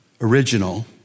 original